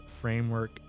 framework